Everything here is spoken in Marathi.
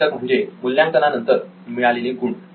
हा घटक म्हणजे मूल्यांकानंतर मिळवलेले गुण